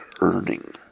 earning